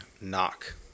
knock